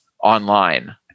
Online